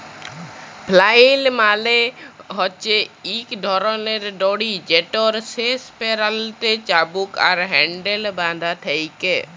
flail মালে হছে ইক ধরলের দড়ি যেটর শেষ প্যারালতে চাবুক আর হ্যাল্ডেল বাঁধা থ্যাকে